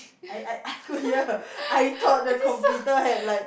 I I I could hear I thought the computer had like